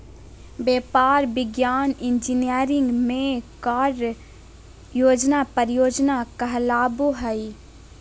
व्यापार, विज्ञान, इंजीनियरिंग में कार्य योजना परियोजना कहलाबो हइ